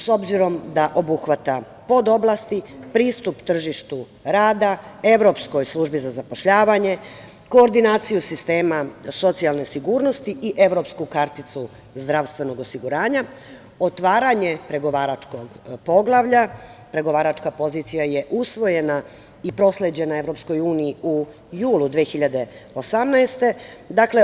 S obzirom da obuhvata podoblasti, pristup tržištu rada, evropskoj službi za zapošljavanje, koordinaciju sistema socijalne sigurnosti i evropsku karticu zdravstvenog osiguranja, otvaranje pregovaračkog poglavlja, pregovaračka pozicija je usvojena i prosleđena Evropskoj uniji u julu 2018. godine.